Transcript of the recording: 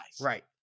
right